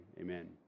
amen